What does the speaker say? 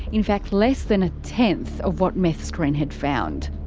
in fact less than a tenth of what meth screen had found.